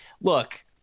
look